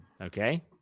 Okay